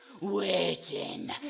waiting